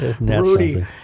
Rudy